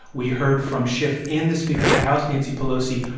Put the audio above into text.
we heard from schiff and the speaker of the house, nancy pelosi,